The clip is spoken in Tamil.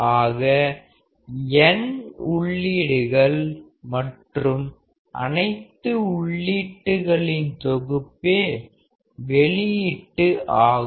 ஆக n உள்ளீடுகள் மற்றும் அனைத்து உள்ளீட்டுகளின் தொகுப்பே வெளியீட்டு ஆகும்